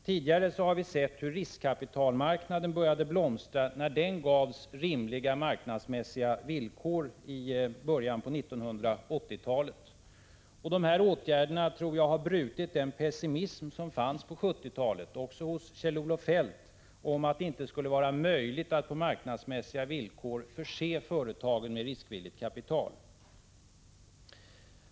Tidigare har vi sett hur riskkapitalmarknaden började blomstra när den gavs rimliga marknadsmässiga villkor i början av 1980-talet. Dessa åtgärder tror jag har brutit den pessimism som fanns på 1970-talet, också hos Kjell-Olof Feldt, om att det inte skulle vara möjligt att på marknadsmässiga villkor förse företagen med riskvilligt kapital.